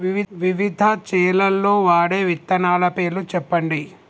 వివిధ చేలల్ల వాడే విత్తనాల పేర్లు చెప్పండి?